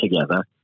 together